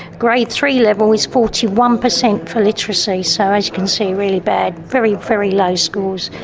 grade three level is forty one percent for literacy, so as you can see, really bad, very, very low scores.